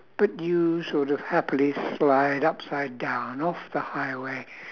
but you sort of happily slide upside down off the highway